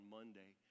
Monday